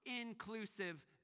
inclusive